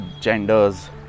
genders